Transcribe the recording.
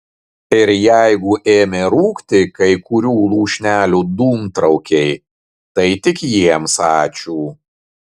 ir jeigu ėmė rūkti kai kurių lūšnelių dūmtraukiai tai tik jiems ačiū